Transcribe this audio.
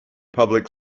public